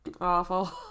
awful